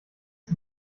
das